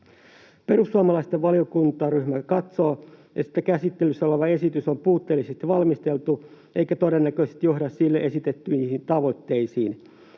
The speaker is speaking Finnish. Perussuomalaisten valiokuntaryhmä katsoo, että käsittelyssä oleva esitys on puutteellisesti valmisteltu eikä todennäköisesti johda sille esitettyihin tavoitteisiin.